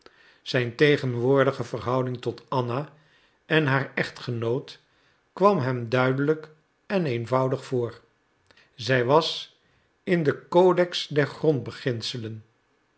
zijn tegenwoordige verhouding tot anna en haar echtgenoot kwam hem duidelijk en eenvoudig voor zij was in den codex der